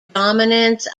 dominance